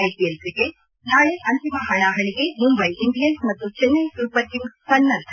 IPL cricket ನಾಳೆ ಅಂತಿಮ ಹಣಾಹಣಿಗೆ ಮುಂಬ್ಲೆ ಇಂಡಿಯನ್ಸ್ ಮತ್ತು ಚೆನ್ನೈ ಸೂಪರ್ ಕಿಂಗ್ಲೆ ಸನ್ನದ್ದ